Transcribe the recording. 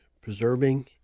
preserving